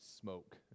smoke